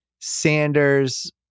Sanders